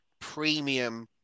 premium